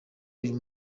uyu